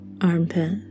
armpit